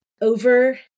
over